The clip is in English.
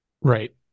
Right